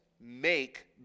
make